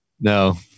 No